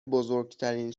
بزرگترین